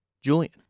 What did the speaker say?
Julian